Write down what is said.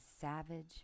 savage